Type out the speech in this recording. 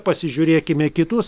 pasižiūrėkime į kitus